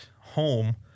home